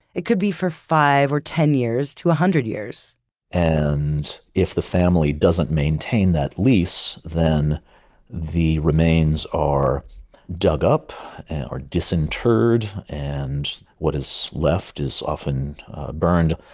it could be for five or ten years to a hundred years and if the family doesn't maintain that lease, then the remains are dug up or disinterred, and what is left is often burned.